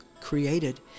created